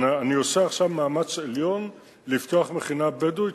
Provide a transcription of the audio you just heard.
אני עושה עכשיו מאמץ עליון לפתוח מכינה בדואית,